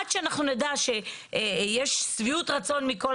עד שאנחנו נדע שיש שביעות רצון מכל